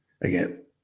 Again